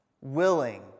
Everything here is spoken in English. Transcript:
willing